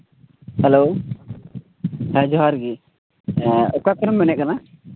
hello ᱦᱮᱸ ᱡᱚᱸᱦᱟᱨ ᱜᱮ ᱚᱠᱟ ᱠᱷᱚᱱᱮᱢ ᱢᱮᱱᱮᱫ ᱠᱟᱱᱟ